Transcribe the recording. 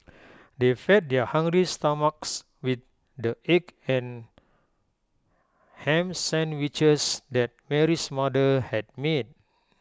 they fed their hungry stomachs with the egg and Ham Sandwiches that Mary's mother had made